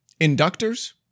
inductors